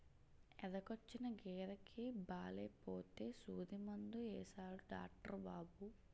ఎదకొచ్చిన గేదెకి బాలేపోతే సూదిమందు యేసాడు డాట్రు బాబు